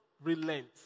relent